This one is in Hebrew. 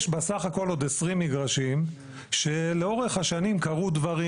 יש בסך הכול עוד 20 מגרשים שלאורך השנים קרו דברים